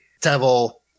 devil